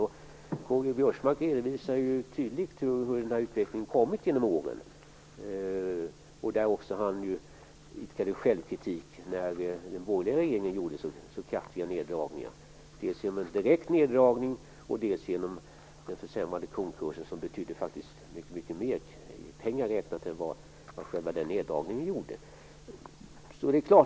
K-G Biörsmark redovisade tydligt hur detta har utvecklat sig genom åren, och han idkade självkritik när den borgerliga regeringen gjorde så kraftiga neddragningar, dels genom en direkt neddragning, dels genom den försämrade kronkursen som faktiskt betydde mycket mer i pengar räknat än vad själva neddragningen gjorde.